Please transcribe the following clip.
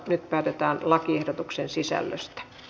nyt päätetään lakiehdotuksen sisällöstä